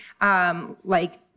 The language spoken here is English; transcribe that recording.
like-